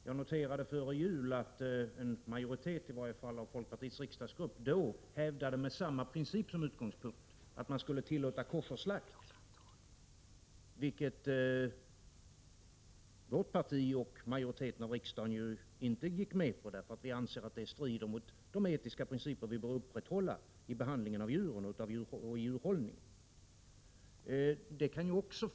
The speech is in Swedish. Jag noterade före jul att en majoritet av folkpartiets riksdagsgrupp då hävdade, med samma princip som utgångspunkt, att koscherslakt skulle tillåtas. Vårt parti och majoriteten av riksdagen gick inte med på detta krav, därför att vi anser att det strider mot de etiska principer som bör upprätthållas i behandlingen av djur och i djurhållningen.